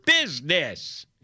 business